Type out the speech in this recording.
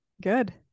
good